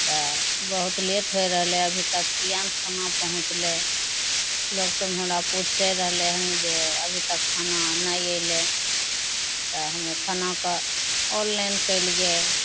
तऽ बहुत लेट होइ रहलै अभी तक किएक नहि खाना पहुँचलै लोकसभ हमरा पुछि रहलै हँ जे अभी तक खाना नहि अएलै तऽ हमे खानाके ऑनलाइन कएलिए